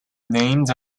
named